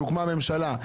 הוקמה הממשלה,